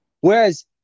Whereas